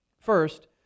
First